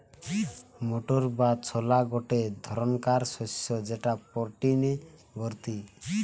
motor বা ছোলা গটে ধরণকার শস্য যেটা প্রটিনে ভর্তি